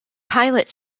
pilot